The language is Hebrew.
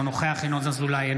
אינו נוכח ינון אזולאי,